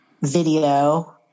video